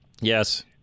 Yes